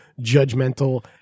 judgmental